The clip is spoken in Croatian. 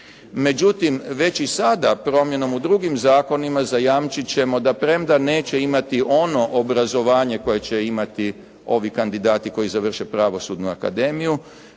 Međutim, već i sada promjenom u drugim zakonima zajamčit ćemo da premda neće imati ono obrazovanje koje će imati ovi kandidati koji završe Pravosudnu akademiju,